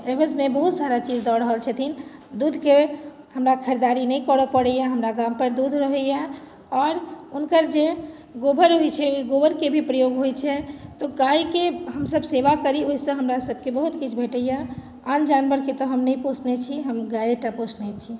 ऐवजमे बहुत सारा चीज दऽ रहल छथिन दूधके हमरा खरीददारी नहि करय पड़ैए हमरा गामपर दूध रहैए आओर हुनकर जे गोबर होइत छै गोबरके भी प्रयोग होइत छै तऽ गायके हमसभ सेवा करी ओहिसँ हमरासभके बहुत किछु भेटैए आन जानवरके तऽ हम नहि पोषने छी हम गाए टा पोषने छी